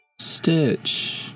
Stitch